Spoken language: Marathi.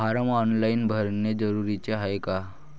फारम ऑनलाईन भरने जरुरीचे हाय का?